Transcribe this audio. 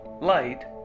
light